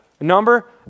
number